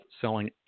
selling